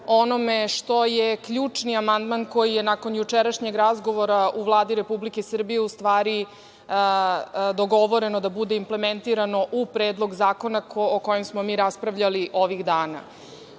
onome što je ključni amandman koji je nakon jučerašnjeg razgovora u Vladi Republike Srbije u stvari dogovoreno da bude implementirano u Predlog zakona o kojem smo mi raspravljali ovih dana. Ovaj